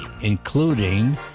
including